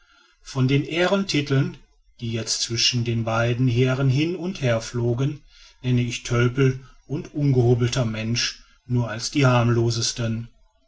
von den ehrentiteln die jetzt zwischen den beiden herren hin und wieder flogen nenne ich tölpel und ungehobelter mensch nur als die harmlosesten